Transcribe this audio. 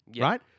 right